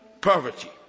poverty